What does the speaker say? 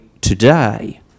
today